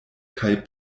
kaj